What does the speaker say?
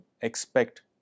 expect